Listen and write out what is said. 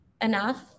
enough